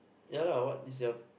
ya lah what is the